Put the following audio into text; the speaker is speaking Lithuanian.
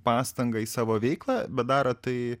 pastangą į savo veiklą bet daro tai